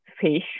fish